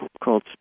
called